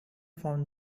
found